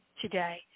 today